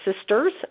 sisters